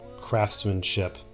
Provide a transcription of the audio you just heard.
craftsmanship